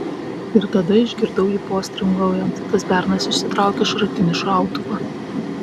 ir tada išgirdau jį postringaujant tas bernas išsitraukia šratinį šautuvą